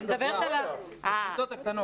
על הקבוצות הקטנות.